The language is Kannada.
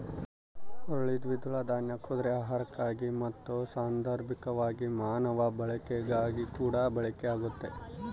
ಹುರುಳಿ ದ್ವಿದಳ ದಾನ್ಯ ಕುದುರೆ ಆಹಾರಕ್ಕಾಗಿ ಮತ್ತು ಸಾಂದರ್ಭಿಕವಾಗಿ ಮಾನವ ಬಳಕೆಗಾಗಿಕೂಡ ಬಳಕೆ ಆಗ್ತತೆ